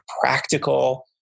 practical